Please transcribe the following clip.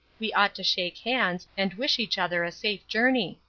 we ought to shake hands, and wish each other a safe journey.